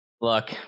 Look